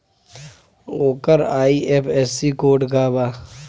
ओकर IFSC code का बा?